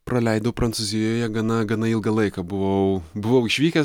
praleidau prancūzijoje gana gana ilgą laiką buvau buvau išvykęs